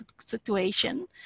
situation